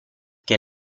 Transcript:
che